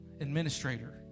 administrator